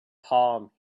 palm